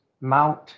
mount